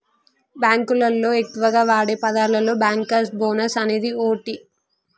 బాంకులోళ్లు ఎక్కువగా వాడే పదాలలో బ్యాంకర్స్ బోనస్ అనేది ఓటి